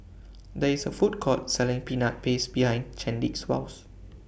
There IS A Food Court Selling Peanut Paste behind Chadwick's House